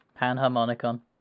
Panharmonicon